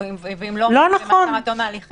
או מעצר עד תום ההליכים.